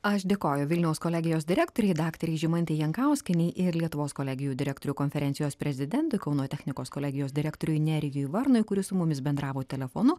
aš dėkoju vilniaus kolegijos direktorei daktarei žymantei jankauskienei ir lietuvos kolegijų direktorių konferencijos prezidentui kauno technikos kolegijos direktoriui nerijui varnui kuris su mumis bendravo telefonu